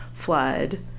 flood